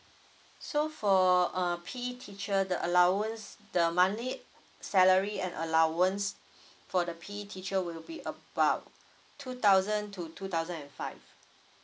so for uh P_E teacher the allowance the monthly salary and allowance for the P_E teacher will be about two thousand to two thousand and five